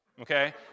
okay